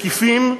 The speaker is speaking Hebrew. מקיפים,